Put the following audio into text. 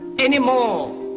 anymore,